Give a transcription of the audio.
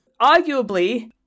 Arguably